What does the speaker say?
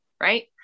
Right